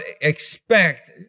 expect